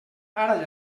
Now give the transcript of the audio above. ara